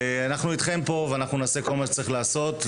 ואנחנו אתכם פה, ואנחנו נעשה כל מה שצריך לעשות.